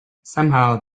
somehow